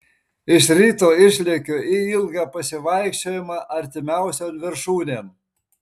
iš ryto išlekiu į ilgą pasivaikščiojimą artimiausion viršūnėn